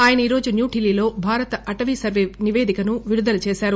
ఆయన ఈరోజు న్యూఢిల్లీలో భారత అటవీ సర్వే నిపేదికను విడుదల చేశారు